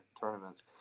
tournaments